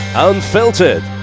Unfiltered